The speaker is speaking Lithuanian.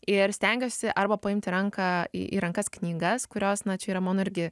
ir stengiuosi arba paimt į ranką į rankas knygas kurios na čia yra mano irgi